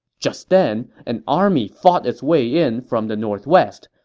just then, an army fought its way in from the northwest.